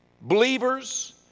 believers